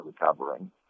recovering